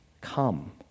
come